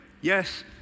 yes